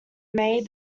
may